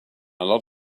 lot